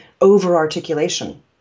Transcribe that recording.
over-articulation